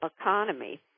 economy